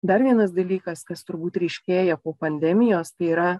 dar vienas dalykas kas turbūt ryškėja po pandemijos tai yra